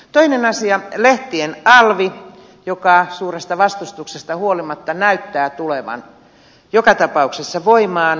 toinen asia lehtien alvi joka suuresta vastustuksesta huolimatta näyttää tulevan joka tapauksessa voimaan